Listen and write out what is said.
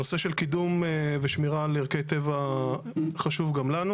הנושא של קידום ושמירה על ערכי טבע חשוב גם לנו.